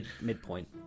midpoint